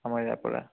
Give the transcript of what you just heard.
আমাৰ ইয়াৰপৰা